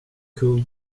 could